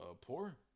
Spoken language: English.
poor